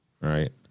right